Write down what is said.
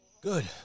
Good